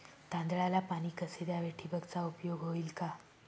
तांदळाला पाणी कसे द्यावे? ठिबकचा उपयोग होईल का?